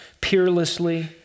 peerlessly